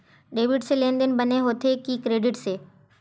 Debit से लेनदेन बने होथे कि क्रेडिट से?